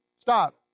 Stop